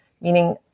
meaning